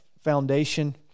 foundation